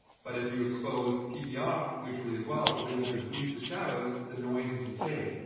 but, if you expose pp off neutrally as well, but then you have to boost the shadows, the noise is the same.